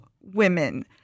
women